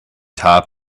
top